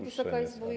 Wysoka Izbo!